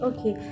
Okay